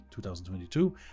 2022